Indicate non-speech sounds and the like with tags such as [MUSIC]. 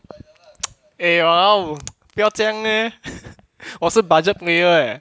[NOISE] eh !walao! 不要这样 leh [LAUGHS] 我是 budget player leh